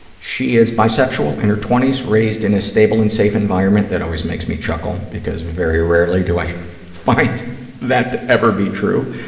she is bisexual, in her twenty s, raised in a stable and safe environment. that always makes me chuckle because very rarely do i find that to ever be true.